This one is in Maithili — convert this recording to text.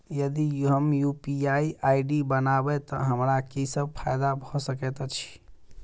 यदि हम यु.पी.आई आई.डी बनाबै तऽ हमरा की सब फायदा भऽ सकैत अछि?